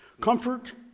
Comfort